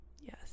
yes